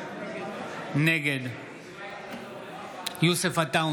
נגד יוסף עטאונה, נגד